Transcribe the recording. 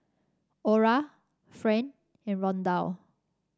Ora Friend and Rondal